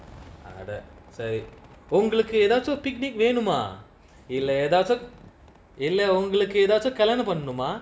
அட சரி ஒங்களுக்கு எதாச்சு:ada sari ongaluku ethaachu picnic வேணுமா இல்ல எதாச்சு இல்ல ஒங்களுக்கு எதாச்சு கலியாணம் பண்ணனுமா:venumaa illa ethaachu illa ongaluku ethaachu kaliyaanam pannanumaa